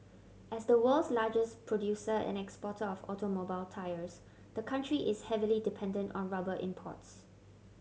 as the world's largest producer and exporter of automobile tyres the country is heavily dependent on rubber imports